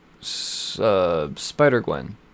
Spider-Gwen